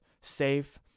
safe